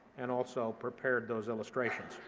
and also prepared those illustrations.